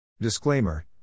Disclaimer